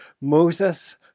Moses